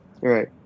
Right